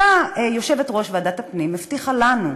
אותה יושבת-ראש ועדת הפנים הבטיחה לנו,